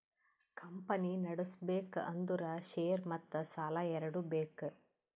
company ನಡುಸ್ಬೆಕ್ ಅಂದುರ್ share ಮತ್ತ ಸಾಲಾ ಎರಡು ಬೇಕ್